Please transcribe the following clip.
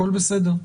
הכול בסדר.